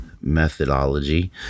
methodology